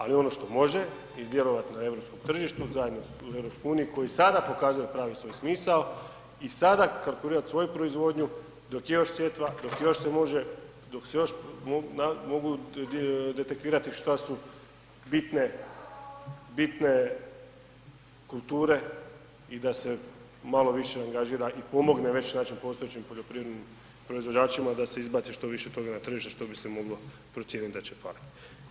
Ali ono što može i djelovati na europskom tržištu zajedno u Europskoj uniji koji sada pokazuje pravi svoj smisao i sada konkurirati svoju proizvodnu dok je još sjetva, dok još se može, dok još mogu detektirati što su bitne kulture i da se malo više angažira i pomogne već znači postojećim poljoprivrednim proizvođačima da se izbaci što više toga na tržište što bi se moglo procijeniti da će faliti.